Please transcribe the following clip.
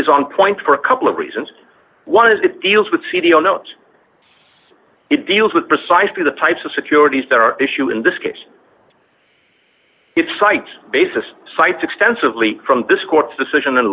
is on point for a couple of reasons one is it deals with cd or not it deals with precisely the types of securities that are issue in this case it cites basis cites extensively from this court's decision